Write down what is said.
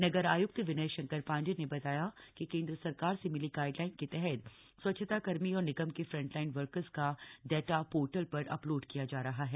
नगर आयुक्त विनय शंकर पांडे ने बताया की केंद्र सरकार से मिली गाइडलाइन के तहत स्वच्छताकर्मी और निगम के फ्रंटलाइन वर्कर्स का डेटा पोर्टल पर अपलोड किया जा रहा है